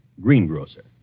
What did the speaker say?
greengrocer